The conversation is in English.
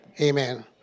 amen